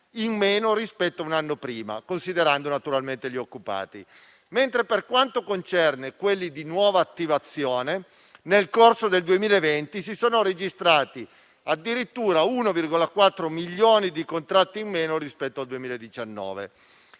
in meno rispetto a un anno prima, considerando gli occupati, mentre per quanto concerne quelli di nuova attivazione nel corso del 2020 si sono registrati 1,4 milioni di contratti in meno rispetto al 2019;